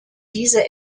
diese